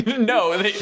no